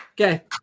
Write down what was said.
Okay